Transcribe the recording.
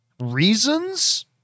reasons